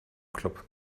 club